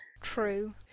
True